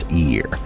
year